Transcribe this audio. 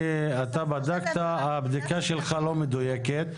אתה בדקת, הבדיקה שלך לא מדויקת.